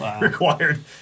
required